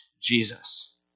Jesus